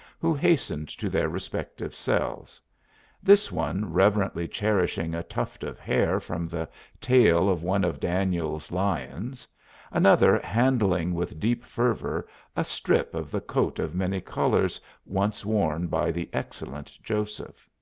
who hastened to their respective cells this one reverently cherishing a tuft of hair from the tail of one of daniel's lions another handling with deep fervour a strip of the coat of many colours once worn by the excellent joseph.